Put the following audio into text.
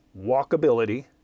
walkability